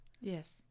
Yes